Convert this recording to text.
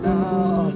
now